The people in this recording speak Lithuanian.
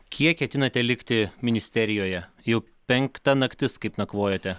kiek ketinate likti ministerijoje jau penkta naktis kaip nakvojote